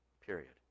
period